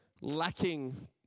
lacking